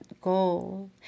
goal